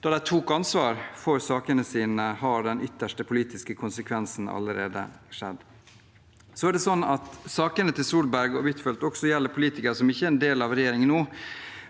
de tok ansvar for sakene sine, har den ytterste politiske konsekvensen allerede skjedd. Sakene til Solberg og Huitfeldt gjelder også politikere som ikke er en del av regjeringen nå,